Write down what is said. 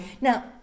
Now